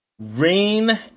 Rain